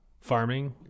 farming